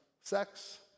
sex